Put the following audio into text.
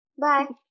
Bye